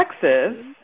Texas